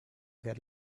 get